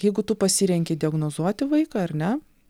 jeigu tu pasirenki diagnozuoti vaiką ar ne